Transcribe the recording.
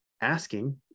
asking